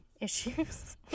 issues